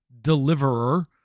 deliverer